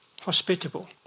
Hospitable